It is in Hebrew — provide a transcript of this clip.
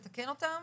לתקן אותן